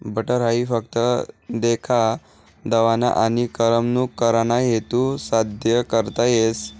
butter हाई फक्त देखा दावाना आनी करमणूक कराना हेतू साद्य करता येस